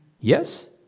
Yes